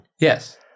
Yes